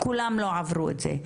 כולם לא עברו את זה.